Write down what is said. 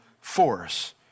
force